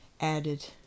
added